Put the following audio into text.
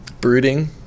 Brooding